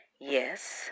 yes